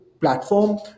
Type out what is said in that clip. platform